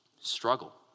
struggle